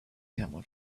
camel